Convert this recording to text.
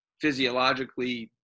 physiologically